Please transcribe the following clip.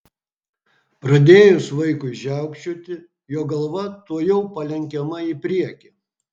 pradėjus vaikui žiaukčioti jo galva tuojau palenkiama į priekį